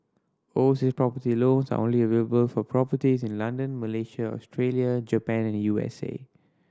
oversea property loans are only available for properties in London Malaysia Australia Japan and U S A